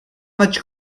much